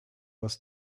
was